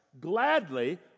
gladly